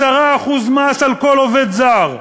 10% מס על כל עובד זר.